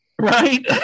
Right